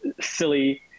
silly